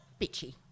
bitchy